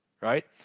right